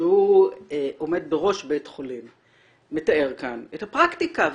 שהוא עומד בראש בית חולים, את הפרקטיקה.